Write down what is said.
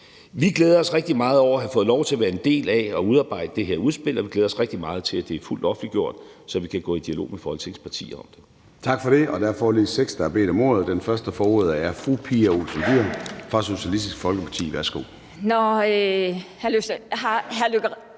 Vi glæder os rigtig meget over at have fået lov til at være en del af at udarbejde det her udspil, og vi glæder os rigtig meget til, at det bliver fuldt offentliggjort, så vi kan gå i dialog med Folketingets partier om det. Kl. 14:10 Formanden (Søren Gade): Tak for det. Der er foreløbig seks, der har bedt om ordet. Den første, der får ordet, er fru Pia Olsen Dyhr fra Socialistisk Folkeparti. Værsgo. Kl. 14:10 Pia Olsen